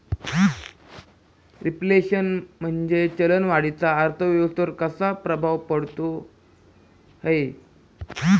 Reflation म्हणजे चलन वाढीचा अर्थव्यवस्थेवर कसा प्रभाव पडतो है?